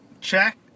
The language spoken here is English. check